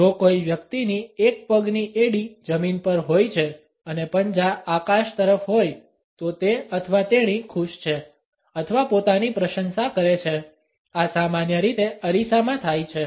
જો કોઈ વ્યક્તિની એક પગની એડી જમીન પર હોય છે અને પંજા આકાશ તરફ હોય તો તે અથવા તેણી ખુશ છે અથવા પોતાની પ્રશંસા કરે છે આ સામાન્ય રીતે અરીસામાં થાય છે